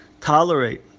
tolerate